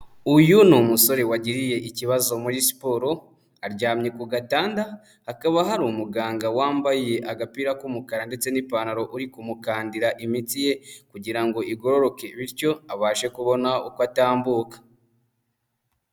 Uyu ni umusore wagiriye ikibazo muri siporo, aryamye ku gatanda hakaba hari umuganga wambaye agapira k'umukara ndetse n'ipantaro uri kumukandira imitsi ye kugira ngo igororoke bityo abashe kubona uko atambuka.